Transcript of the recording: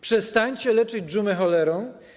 Przestańcie leczyć dżumę cholerą.